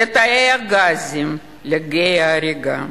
לתאי הגזים, לגיא ההריגה.